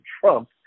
Trump